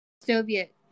Soviet